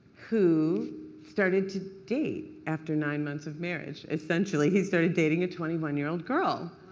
who started to date after nine months of marriage essentially, he started dating a twenty one year old girl.